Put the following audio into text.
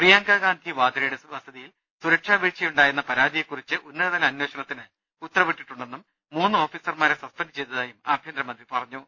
പ്രിയങ്കാഗാന്ധി വാധ്രയുടെ വസതിയിൽ സുരക്ഷാ വീഴ്ചയുണ്ടായെന്ന പരാതിയെ കുറിച്ച് ഉന്നതതല അന്വേ ഷണത്തിന് ഉത്തരവിട്ടിട്ടുണ്ടെന്നും മൂന്ന് ഓഫീസർമാരെ സസ്പെൻഡ് ചെയ്ത തായും ആഭ്യന്തര മന്ത്രി അറിയിച്ചു